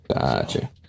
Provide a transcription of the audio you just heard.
Gotcha